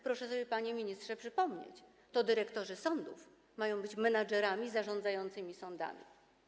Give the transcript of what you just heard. Proszę sobie, panie ministrze, przypomnieć: to dyrektorzy sądów mają być menedżerami zarządzającymi sądami.